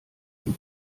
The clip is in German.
dem